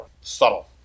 Subtle